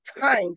time